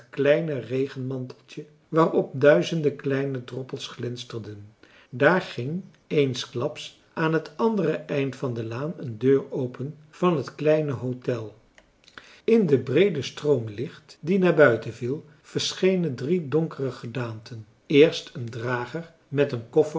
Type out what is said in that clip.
kleine regenmanteltje waarop duizende kleine droppels glinsterden daar ging eensklaps aan het andere eind van de laan een deur open van het kleine hôtel in den breeden marcellus emants een drietal novellen stroom licht die naar buiten viel verschenen drie donkere gedaanten eerst een drager met een koffer